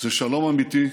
זה שלום אמיתי,